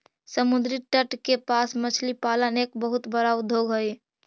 समुद्री तट के पास मछली पालन एक बहुत बड़ा उद्योग हइ